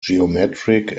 geometric